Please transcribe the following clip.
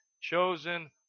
chosen